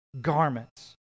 garments